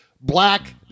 Black